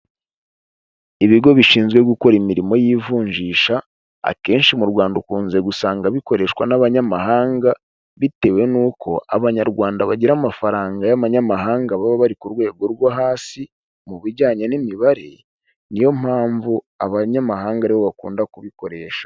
Ibigo bishinzwe gukora imirimo y'ivunjisha, akenshi mu Rwanda ukunze gusanga bikoreshwa n'abanyamahanga, bitewe nuko abanyarwanda bagira amafaranga y'abanyamahanga baba bari ku rwego rwo hasi mu bijyanye n'imibare. Niyo mpamvu abanyamahanga ari bo bakunda kubikoresha.